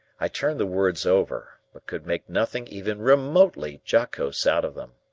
i turned the words over, but could make nothing even remotely jocose out of them.